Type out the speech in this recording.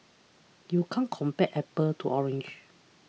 you can't compare apples to oranges